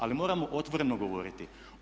Ali moramo otvoreno govoriti.